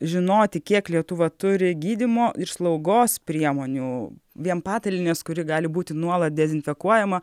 žinoti kiek lietuva turi gydymo ir slaugos priemonių vien patalynės kuri gali būti nuolat dezinfekuojama